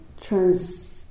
trans